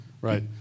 Right